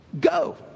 Go